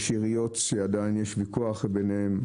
יש עיריות שעדיין יש ויכוח ביניהן.